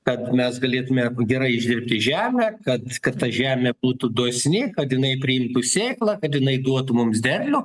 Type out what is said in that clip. kad mes galėtume gerai išdirbti žemę kad kad ta žemė būtų dosni kad jinai priimtų sėklą kad jinai duotų mums derlių